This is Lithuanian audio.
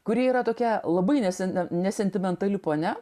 kuri yra tokia labai neseni nesentimentali ponia